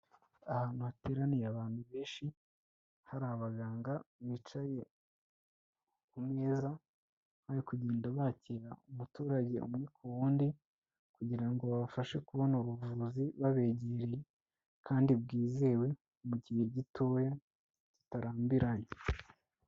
Ahantu hateraniye abantu benshi hari abaganga bicaye kumez, bari kugenda bakira umuturage umwe ku wundi kugira ngo babafashe kubona ubuvuzi babegereye kandi bwizewe mu gihe gitoya zitarambiranye.